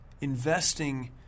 investing